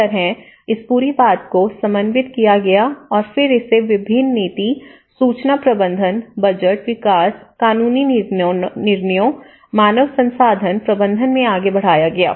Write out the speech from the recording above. इस तरह इस पूरी बात को समन्वित किया गया और फिर इसे विभिन्न नीति सूचना प्रबंधन बजट विकास कानूनी निर्णयों मानव संसाधन प्रबंधन में आगे बढ़ाया गया